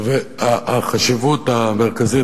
החשיבות המרכזית,